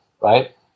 right